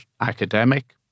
academic